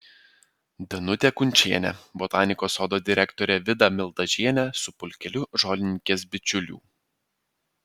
danutė kunčienė botanikos sodo direktorė vida mildažienė su pulkeliu žolininkės bičiulių